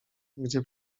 gdzie